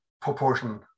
proportion